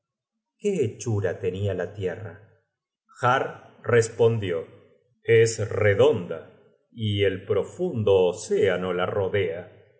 qué hechura tenia la tierra har respondió es redonda y el profundo océano la rodea